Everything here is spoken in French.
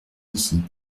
ici